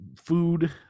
food